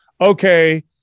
Okay